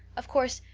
of course,